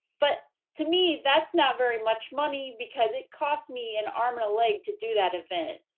but to me, that's not very much money because it cost me an arm and a leg to do that event,